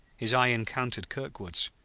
his eye encountered kirkwood's.